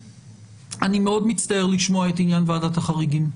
אני מאוד מצטער לשמוע את עניין ועדת החריגים.